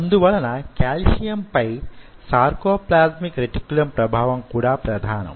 అందువలన కాల్షియం పై sarcoplasmic reticulum ప్రభావం కూడా ప్రధానం